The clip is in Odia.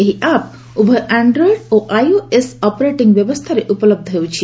ଏହି ଆପ୍ ଉଭୟ ଆଣ୍ଡ୍ରଏଡ୍ ଓ ଆଇଓଏସ୍ ଅପରେଟିଙ୍ଗ୍ ବ୍ୟବସ୍ଥାରେ ଉପଲହ୍ଧ ହେଉଛି